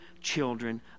children